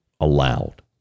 allowed